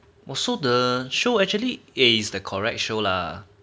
oh so the show actually eh is the correct show lah